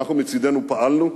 אנחנו מצדנו פעלנו,